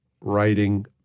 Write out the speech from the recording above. writing